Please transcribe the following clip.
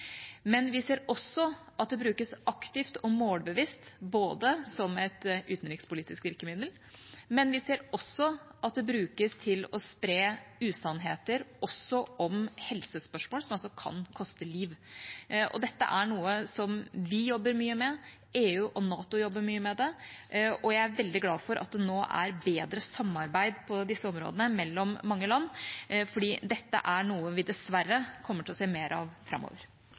Vi ser at det brukes aktivt og målbevisst som et utenrikspolitisk virkemiddel, men vi ser også at det brukes til å spre usannheter om helsespørsmål, som altså kan koste liv. Dette er noe vi jobber mye med, EU og NATO jobber mye med det, og jeg er veldig glad for at det nå er bedre samarbeid på disse områdene mellom mange land, for dette er noe vi dessverre kommer til å se mer av framover.